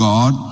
God